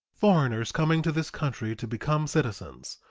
foreigners coming to this country to become citizens,